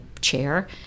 chair